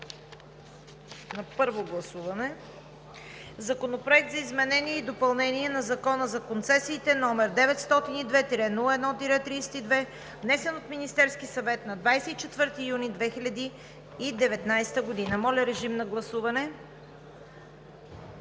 на първо гласуване Законопроект за изменение и допълнение на Закона за концесиите, № 902-01-32, внесен от Министерския съвет на 24 юни 2019 г. Гласували